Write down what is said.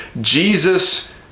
Jesus